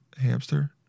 Hamster